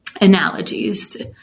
analogies